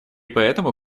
поэтому